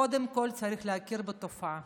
קודם כול, צריך להכיר בתופעה,